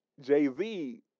Jay-Z